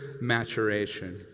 maturation